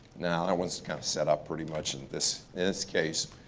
nah, that one's kind of setup pretty much in this this case.